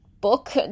book